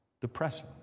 depressing